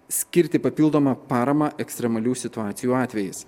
skirti papildomą paramą ekstremalių situacijų atvejais